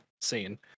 scene